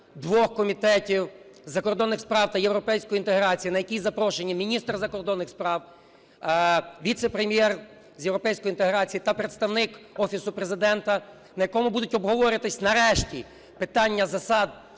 двох комітетів – закордонних справ та європейської інтеграції, на яке запрошені міністр закордонних справ, віце-прем'єр з європейської інтеграції та представник Офісу Президента, на якому будуть обговорюватися нарешті питання засад